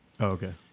okay